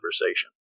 Conversation